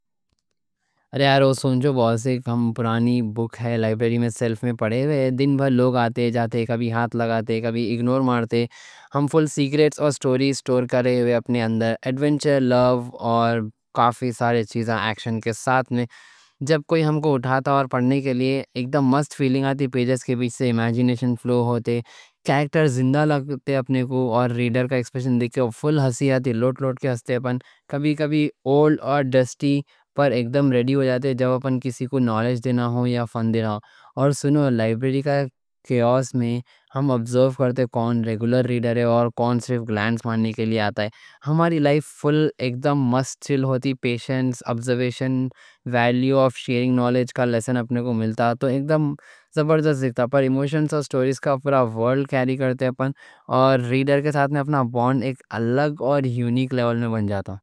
یارو سنجو، باس، ایک ہم پرانی بُک ہے لائبریری میں شیلف میں پڑے وے، دن بھر لوگ آتے جاتے، کبھی ہاتھ لگاتے، کبھی اِگنور مارتے. ہم فل سیکریٹس اور سٹوریز اپنے اندر سٹور کیئے وے، ایڈونچر، لَو اور کافی سارے چیزا ایکشن کے ساتھ. جب کوئی ہمکو اُٹھاتا اور پڑھنے کے لیے ایک دم مست فیلنگ آتی، پیجز کے بیچ سے اِمیجینیشن فلو ہوتے، کریکٹر زندہ لگتے اپنے کو اور ریڈر کا ایکسپریشن دیکھے فل ہنسی آتی. لوٹ لوٹ کے ہنستے اپن، کبھی کبھی اولڈ اور ڈسٹی پر ایک دم ریڈی ہو جاتے جب اپن کسی کو نالج دینا ہو یا فن دینا ہو. اور سنو، لائبریری کا کیاؤس میں ہم آبزرو کرتے کون ریگولر ریڈر ہے اور کون صرف گلانس مارنے کے لیے آتا. ہماری لائف فل ایک دم مست فیل ہوتی، پیشنس، آبزرویشن، ویلیو آف شیئرنگ نالج کا لیسن اپنے کو ملتا. تو ایک دم زبردست، پر ایموشنز اور سٹوریز کا پورا ورلڈ کریئیٹ کرتے، اپن اور ریڈر کے ساتھ میں اپنا بونڈ ایک الگ اور یونیک لیول میں بن جاتا.